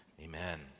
amen